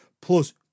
plus